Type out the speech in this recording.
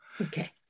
okay